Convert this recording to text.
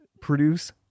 produce